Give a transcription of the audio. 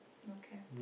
okay